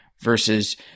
versus